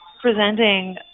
presenting